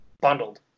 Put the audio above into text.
bundled